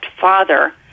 father